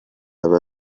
aveva